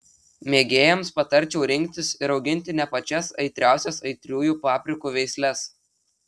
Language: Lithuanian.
mėgėjams patarčiau rinktis ir auginti ne pačias aitriausias aitriųjų paprikų veisles